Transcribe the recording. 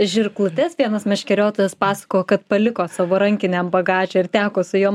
žirklutes vienas meškeriotojas pasakojo kad paliko savo rankiniam bagaže ir teko su jom